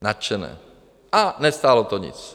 Nadšené a nestálo to nic.